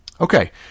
Okay